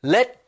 Let